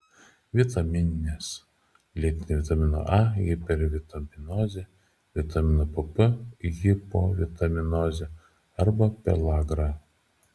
vitamininės lėtinė vitamino a hipervitaminozė vitamino pp hipovitaminozė arba pelagra